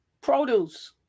produce